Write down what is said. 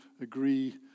agree